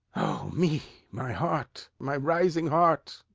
me, my heart, my rising heart!